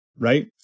right